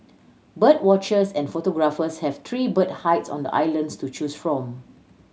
bird watchers and photographers have three bird hides on the islands to choose from